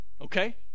okay